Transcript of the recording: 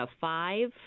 five